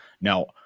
Now